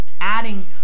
adding